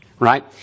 Right